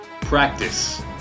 Practice